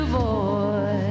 boy